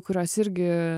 kurios irgi